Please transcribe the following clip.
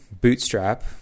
Bootstrap